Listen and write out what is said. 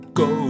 go